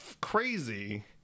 crazy